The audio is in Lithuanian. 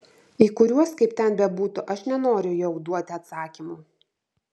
į kuriuos kaip ten bebūtų aš nenoriu jau duoti atsakymų